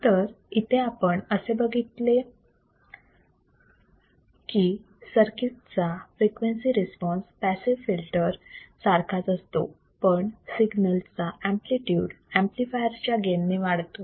तर इथे आपण असे बघितले की सर्किट चा फ्रिक्वेन्सी रिस्पॉन्स पॅसिव फिल्टर सारखाच असतो पण सिग्नलचा एम्पलीट्यूड एंपलीफायर च्या गेन ने वाढतो